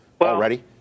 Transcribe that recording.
already